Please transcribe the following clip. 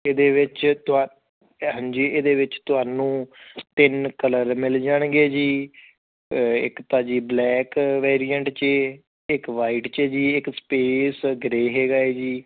ਇਹਦੇ ਵਿੱਚ ਤੁਹਾ ਹਾਂਜੀ ਇਹਦੇ ਵਿੱਚ ਤੁਹਾਨੂੰ ਤਿੰਨ ਕਲਰ ਮਿਲ ਜਾਣਗੇ ਜੀ ਇੱਕ ਤਾਂ ਜੀ ਬਲੈਕ ਵੇਰੀਐਂਟ 'ਚ ਇੱਕ ਵਾਈਟ 'ਚ ਜੀ ਇੱਕ ਸਪੇਸ ਗ੍ਰੇਹ ਹੈਗਾ ਹੈ ਜੀ